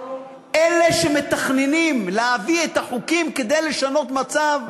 אלה שמתכננים להביא את החוקים כדי לשנות מצב,